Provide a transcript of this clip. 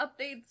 updates